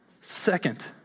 Second